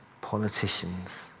politicians